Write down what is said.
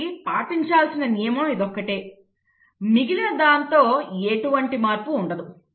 కాబట్టి పాటించాల్సిన నియమం ఇది ఒక్కటే మిగిలిన దానిలో ఎటువంటి మార్పు ఉండదు